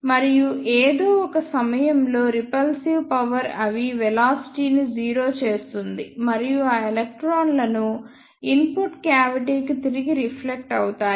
మరియు ఏదో ఒక సమయంలో రిపల్సివ్ పవర్ అవి వెలాసిటీ ని 0 చేస్తుంది మరియు ఆ ఎలక్ట్రాన్లను ఇన్పుట్ క్యావిటీ కి తిరిగి రిఫ్లెక్ట్ అవుతాయి